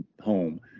home